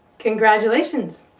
congratulations!